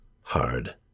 hard